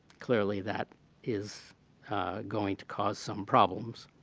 clearly, that is going to cause some problems.